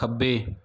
ਖੱਬੇ